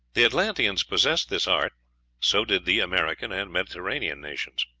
the atlanteans possessed this art so did the american and mediterranean nations.